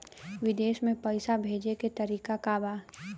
विदेश में पैसा भेजे के तरीका का बा?